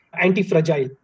anti-fragile